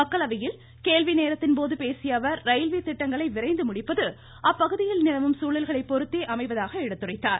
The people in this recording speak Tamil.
மக்களவையில் கேள்விநேரத்தின்போது பேசிய அவர் ரயில்வே திட்டங்களை விரைந்து முடிப்பது அப்பகுதிகளில் நிலவும் சூழல்களை பொறுத்தே அமைவதாக எடுத்துரைத்தார்